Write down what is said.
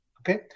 okay